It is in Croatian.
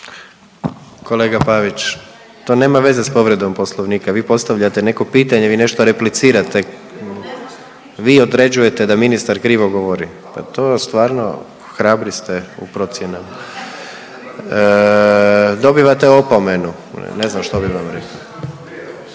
Kolega Pavić to nema veze s povredom Poslovnika, vi postavljate neko pitanje, vi nešto replicirate, vi određujete da ministar krivo govori, pa to stvarno hrabri ste u procjenama. Dobivate opomenu, ja ne znam što bi vam rekao.